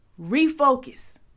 refocus